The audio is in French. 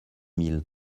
mille